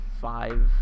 five